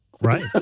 Right